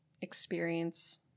experience